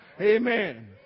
Amen